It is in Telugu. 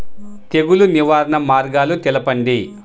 తెగులు నివారణ మార్గాలు తెలపండి?